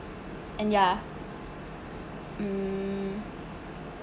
and ya mm